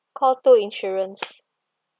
call two insurance